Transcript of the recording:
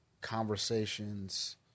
conversations